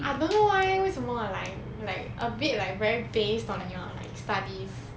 I don't know eh 为什么 like like a bit like very based on your like studies